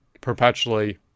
perpetually